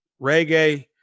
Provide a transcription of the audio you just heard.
reggae